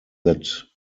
that